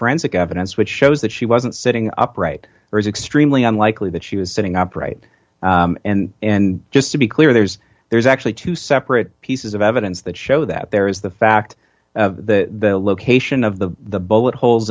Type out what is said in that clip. forensic evidence which shows that she wasn't sitting upright or is extremely unlikely that she was sitting upright and and just to be clear there's there's actually two separate pieces of evidence that show that there is the fact that the location of the the bullet holes